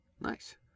Nice